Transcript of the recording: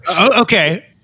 Okay